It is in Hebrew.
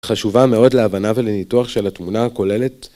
חשובה מאוד להבנה ולניתוח של התמונה הכוללת